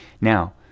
Now